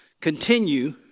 Continue